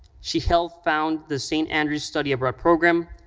she helped found the st. andrews study abroad program,